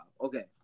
Okay